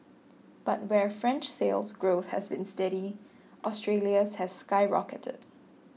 but where French Sales Growth has been steady Australia's has skyrocketed